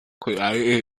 created